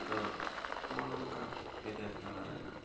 ᱛᱳ ᱱᱚᱜᱼᱚ ᱱᱚᱝᱠᱟ ᱵᱤᱫᱮᱥ ᱫᱟᱬᱟᱱ ᱨᱮᱱᱟᱜ